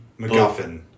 MacGuffin